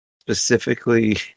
Specifically